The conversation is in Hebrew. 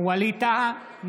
ווליד טאהא,